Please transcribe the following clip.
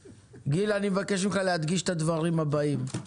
גיל, אני מבקש ממך להדגיש את הדברים הבאים.